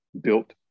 built